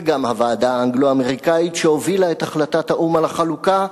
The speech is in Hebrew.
וגם בוועדה האנגלו-אמריקנית שהובילה את החלטת האו"ם על החלוקה,